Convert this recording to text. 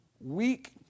Weak